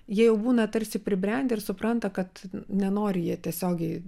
jie jau būna tarsi pribrendę ir supranta kad nenori jie tiesiogiai